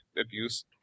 abuse